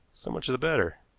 so much the better.